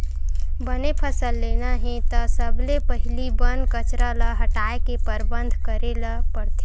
बने फसल लेना हे त सबले पहिली बन कचरा ल हटाए के परबंध करे ल परथे